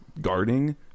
guarding